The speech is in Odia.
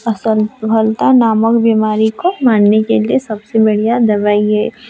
ଅସଫଲ୍ତା ନାମକ୍ ବିମାରିକୋ ମାର୍ନେ କେଲିଏ ସବ୍ସେ ବଢ଼ିଆ ଦବାଇ ହେ